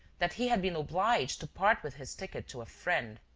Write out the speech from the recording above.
that he had been obliged to part with his ticket to a friend.